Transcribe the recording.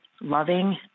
loving